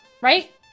right